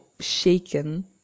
shaken